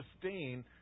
sustain